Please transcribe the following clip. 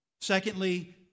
Secondly